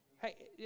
Hey